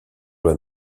loi